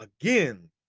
again